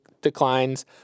declines